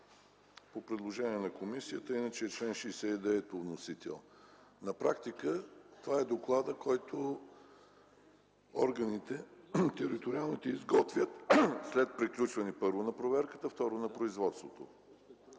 по предложение на комисията, иначе чл. 69 по вносител. На практика това е докладът, който териториалните органи изготвят след приключване, първо, на проверката, второ – на производството,